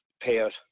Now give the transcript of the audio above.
payout